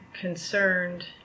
concerned